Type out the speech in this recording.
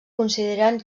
consideren